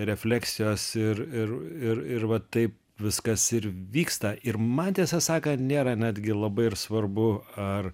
refleksijos ir ir ir ir va taip viskas ir vyksta ir man tiesą sakant nėra netgi labai ir svarbu ar